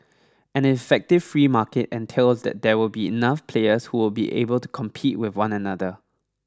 an effective free market entails that there will be enough players who will be able to compete with one another